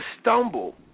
stumble